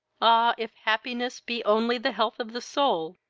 ah! if happiness be only the health of the soul,